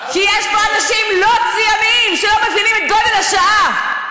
שיש פה אנשים לא ציונים שלא מבינים את גודל השעה.